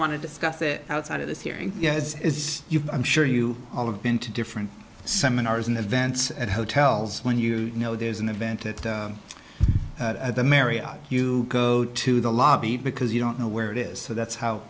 want to discuss it outside of this hearing is you've i'm sure you all have been to different seminars and events at hotels when you know there's an event at the marriott you go to the lobby because you don't know where it is so that's how